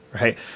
right